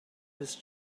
his